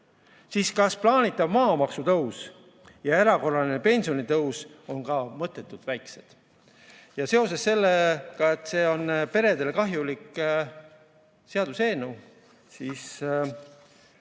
siis kas plaanitav maamaksutõus ja erakorraline pensionitõus on ka mõttetult väiksed? Seoses sellega, et see on peredele kahjulik seaduseelnõu, palub